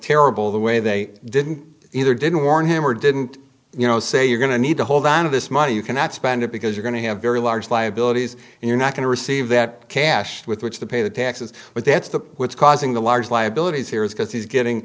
terrible the way they didn't either didn't warn him or didn't you know say you're going to need to hold on to this money you cannot spend it because you're going to have very large liabilities and you're not going to receive that cash with which to pay the taxes but that's the what's causing the large liabilities here is because he's getting